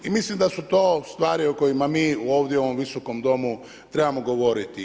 I mislim da su to stvari o kojima mi ovdje u ovom Visokom domu trebamo govoriti.